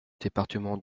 département